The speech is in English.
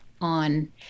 on